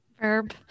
Verb